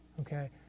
okay